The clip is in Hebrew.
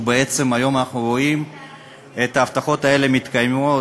ובעצם היום אנחנו רואים את ההבטחות האלה מתקיימות,